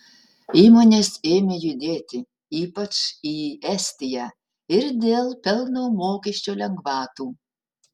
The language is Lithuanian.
įmonės ėmė judėti ypač į estiją ir dėl pelno mokesčio lengvatų